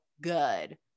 good